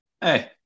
Hey